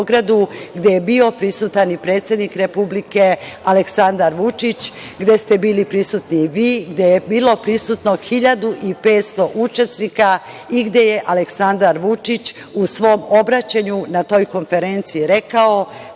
gde je bio prisutan i predsednik Republike Aleksandar Vučić, gde ste bili prisutni i vi, gde je bilo prisutno 1.500 učesnika i gde je Aleksandar Vučić u svom obraćanju na toj konferenciji rekao